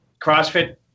CrossFit